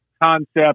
concept